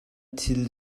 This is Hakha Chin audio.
thil